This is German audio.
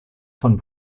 von